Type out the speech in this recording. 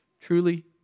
truly